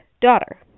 daughter